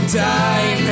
die